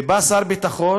ובא שר ביטחון